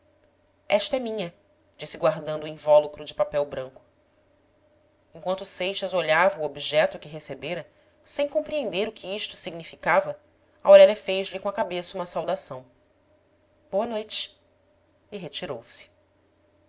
esta é minha disse guardando o invólucro de papel branco enquanto seixas olhava o objeto que recebera sem compreender o que isto significava aurélia fez-lhe com a cabeça uma saudação boa noite e retirou-se